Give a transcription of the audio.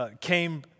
came